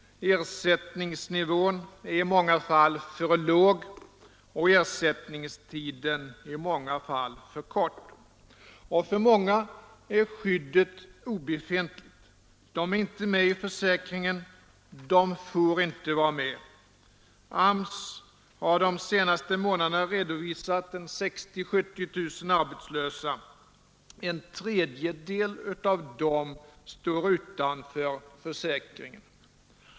Ersättningsnivån är i många fall för låg och ersättningstiden i många fall för kort. Och för många är skyddet obefintligt. De är inte med i försäkringen. De får inte vara med. AMS har de senaste månaderna redovisat 60 000-70 000 arbetslösa. En tredjedel av dem står utanför försäkringen.